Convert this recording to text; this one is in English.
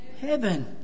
heaven